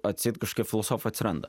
atseit kažkokie filosofai atsiranda